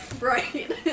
Right